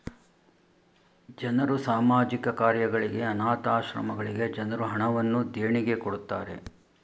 ಜನರು ಸಾಮಾಜಿಕ ಕಾರ್ಯಗಳಿಗೆ, ಅನಾಥ ಆಶ್ರಮಗಳಿಗೆ ಜನರು ಹಣವನ್ನು ದೇಣಿಗೆ ಕೊಡುತ್ತಾರೆ